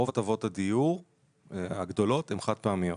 רוב הטבות הדיור הגדולות הן חד פעמיות.